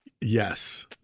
Yes